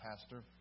pastor